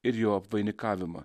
ir jo apvainikavimą